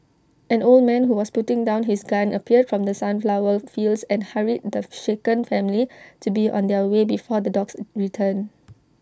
an old man who was putting down his gun appeared from the sunflower fields and hurried the shaken family to be on their way before the dogs return